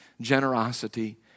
generosity